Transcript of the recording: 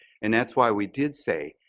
and that's why we did say,